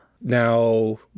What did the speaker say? Now